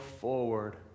forward